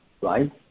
right